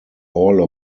all